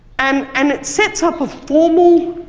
and and it sets up a formal